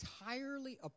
entirely